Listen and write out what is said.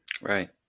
Right